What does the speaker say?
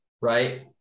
right